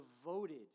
devoted